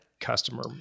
customer